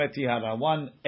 One